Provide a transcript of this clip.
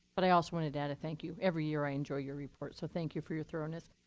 but i also wanted to add a thank you. every year i enjoy your report, so thank you for your thoroughness.